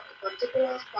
particular